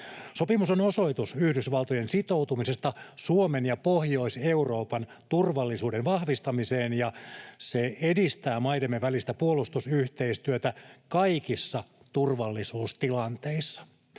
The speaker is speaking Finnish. Sopimus on osoitus Yhdysvaltojen sitoutumisesta Suomen ja Pohjois-Euroopan turvallisuuden vahvistamiseen, ja se edistää maidemme välistä puolustusyhteistyötä kaikissa turvallisuustilanteissa,